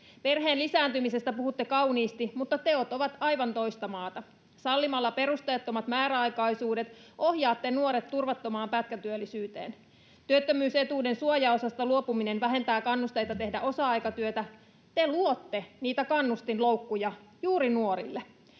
Perheen lisääntymisestä puhutte kauniisti, mutta teot ovat aivan toista maata. Sallimalla perusteettomat määräaikaisuudet ohjaatte nuoret turvattomaan pätkätyöllisyyteen. Työttömyysetuuden suojaosasta luopuminen vähentää kannusteita tehdä osa-aikatyötä. Te luotte niitä kannustinloukkuja juuri nuorille,